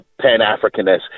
Pan-Africanist